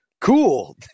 cool